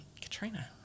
Katrina